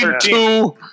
two